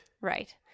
Right